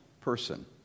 person